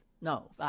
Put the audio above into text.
No